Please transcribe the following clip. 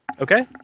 Okay